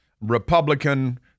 Republican